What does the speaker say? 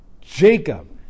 Jacob